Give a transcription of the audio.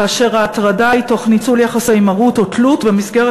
כאשר ההטרדה היא תוך ניצול יחסי מרות או תלות במסגרת